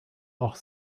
auch